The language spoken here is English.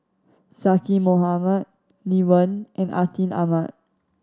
Zaqy Mohamad Lee Wen and Atin Amat